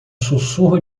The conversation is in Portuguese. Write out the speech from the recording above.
sussurro